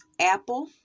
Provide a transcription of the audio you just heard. Apple